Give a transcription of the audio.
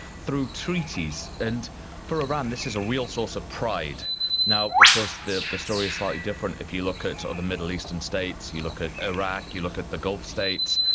through treaties. and for iran this is a real source of pride now, of course the the story is slightly different if you look at other middle eastern states, you look at iraq, you look at the gulf states,